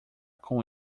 com